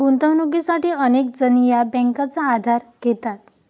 गुंतवणुकीसाठी अनेक जण या बँकांचा आधार घेतात